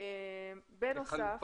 מצוין.